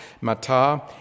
mata